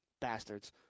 Bastards